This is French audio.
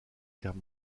guerre